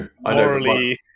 morally